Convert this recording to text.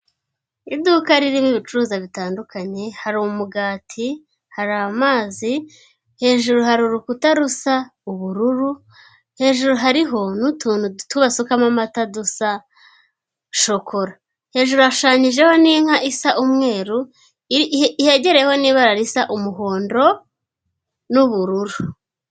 Iduka riririmo ibicuruza bitandukanye hari umugati hari amazi hejuru hari urukuta rusa ubururu hejuru hariho n'utuntu duto basukamo amata dusa shokora hejuru yashushanyijeho n'inka isa umweru hegereyeho n'ibara risa umuhondo n'ubururu.